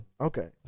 Okay